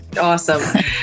Awesome